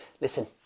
listen